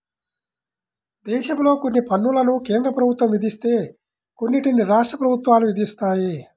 దేశంలో కొన్ని పన్నులను కేంద్ర ప్రభుత్వం విధిస్తే కొన్నిటిని రాష్ట్ర ప్రభుత్వాలు విధిస్తాయి